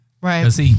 Right